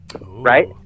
right